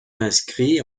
inscrits